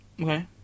Okay